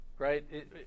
Right